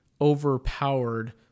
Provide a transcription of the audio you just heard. overpowered